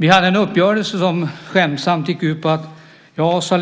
Vi hade en lite skämtsam uppgörelse: